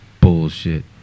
Bullshit